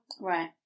Right